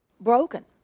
Broken